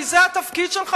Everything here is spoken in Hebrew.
כי זה התפקיד שלך.